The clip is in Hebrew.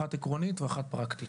אחת עקרונית ואחת פרקטית.